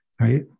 right